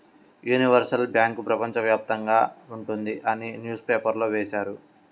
universal bank ప్రపంచ వ్యాప్తంగా ఉంటుంది అని న్యూస్ పేపర్లో వేశారు